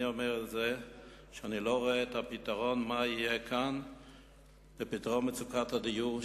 אני אומר את זה כי אני לא רואה את הפתרון שיימצא כאן למצוקת הדיור.